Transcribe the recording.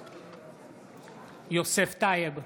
בעד יוסף טייב,